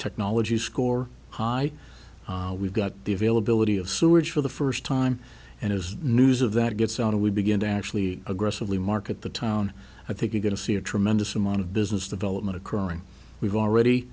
technology score high we've got the availability of sewerage for the first time and as news of that gets out and we begin to actually aggressively market the town i think you're going to see a tremendous amount of business development occurring we've already